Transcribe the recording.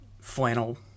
flannel